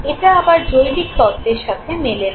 এটা আবার জৈবিক তত্ত্বের সাথে মেলে না